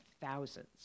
thousands